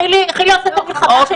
חילי עושה את המלחמה שלו,